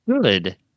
good